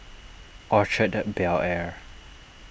Orchard Bel Air